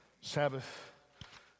Sabbath